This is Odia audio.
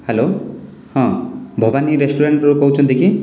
ହ୍ୟାଲୋ ହଁ ଭବାନୀ ରେଷ୍ଟୁରାଣ୍ଟ୍ରୁ କହୁଛନ୍ତି କି